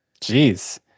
Jeez